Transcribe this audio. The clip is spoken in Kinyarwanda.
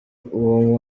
uwo